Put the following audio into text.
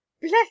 Bless